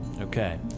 okay